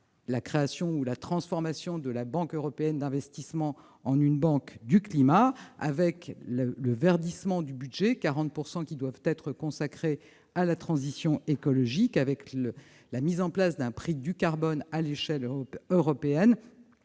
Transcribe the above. l'année, avec la transformation de la Banque européenne d'investissement en une Banque du climat, le verdissement du budget, dont 40 % des crédits doivent être consacrés à la transition écologique, la mise en place d'un prix du carbone à l'échelle européenne,